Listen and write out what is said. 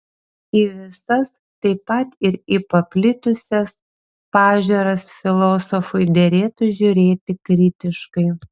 į visas taip pat ir į paplitusias pažiūras filosofui derėtų žiūrėti kritiškai